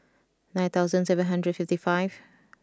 nine thousand seven hundred fifty five